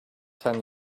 ten